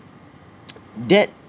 that